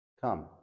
Come